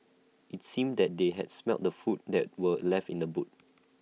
IT seemed that they had smelt the food that were left in the boot